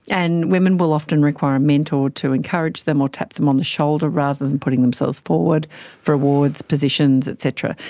and women will often require a mentor to encourage them or tap them on the shoulder rather than putting themselves forward for awards, positions, et cetera.